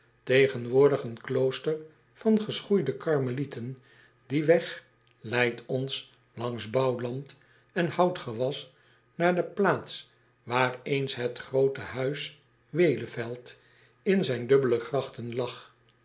een klooster van geschoeide armelieten ie weg leidt ons langs bouwland en houtgewas naar de plaats waar eens het groote huis e l e v e l d in zijn dubbele grachten lag